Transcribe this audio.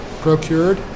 procured